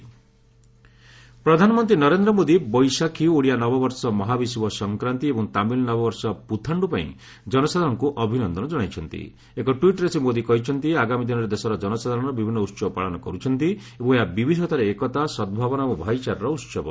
PM festivals ପ୍ରଧାନମନ୍ତ୍ରୀ ନରେନ୍ଦ୍ର ମୋଦି ବୈଶାଖୀ ଓଡ଼ିଆ ନବବର୍ଷ ମହାବିଷୁବ ସଂକ୍ରାନ୍ତି ଏବଂ ତାମିଲ ନବବର୍ଷ ପୁଥାଣ୍ଡୁ ପାଇଁ ଜନସାଧାରଣଙ୍କୁ ଅଭିନନ୍ଦନ ଜଣାଇଛନ୍ତି ଏକ ଟ୍ୱିଟ୍ରେ ଶ୍ରୀ ମୋଦି କହିଛନ୍ତି ଆଗାମୀ ଦିନରେ ଦେଶର ଜନସାଧାରଣ ବିଭିନ୍ନ ଉତ୍ସବ ପାଳନ କରୁଛନ୍ତି ଏବଂ ଏହା ବିବିଧତାରେ ଏକତା ସଦ୍ଭାବନା ଏବଂ ଭାଇଚାରାର ଉତ୍ସବ